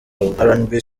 rnb